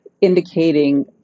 indicating